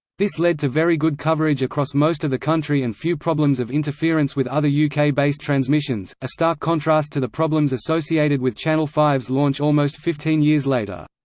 this led to very good coverage across most of the country and few problems of interference with other uk-based transmissions a stark contrast to the problems associated with channel five s launch almost fifteen years later.